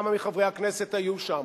כמה מחברי הכנסת היו שם.